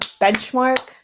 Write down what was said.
benchmark